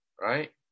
right